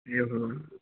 एवं